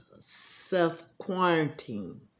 self-quarantine